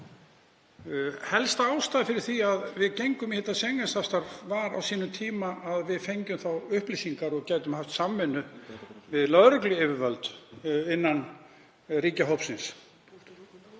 Helsta ástæðan fyrir því að við gengum í Schengen-samstarfið á sínum tíma var að við fengjum þá upplýsingar og gætum haft samvinnu við lögregluyfirvöld innan ríkjahópsins.